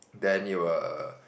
then you will